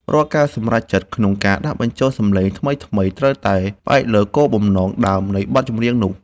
រាល់ការសម្រេចចិត្តក្នុងការដាក់បញ្ចូលសំឡេងថ្មីៗត្រូវតែផ្អែកលើគោលបំណងដើមនៃបទចម្រៀងនោះ។